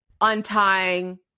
untying